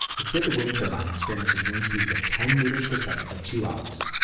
let's say the wind turbine experiences wind speeds of ten meters per second for two hours.